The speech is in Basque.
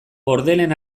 bordelen